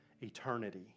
eternity